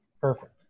Perfect